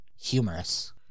humorous